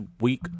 week